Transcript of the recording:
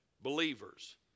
believers